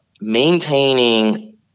maintaining